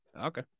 Okay